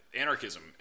anarchism